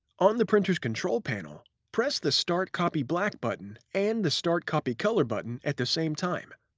on the printer's control panel, press the start copy black button and the start copy color button at the same time.